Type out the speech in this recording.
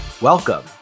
welcome